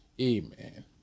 Amen